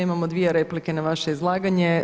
Imamo dvije replike na vaše izlaganje.